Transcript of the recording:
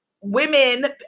women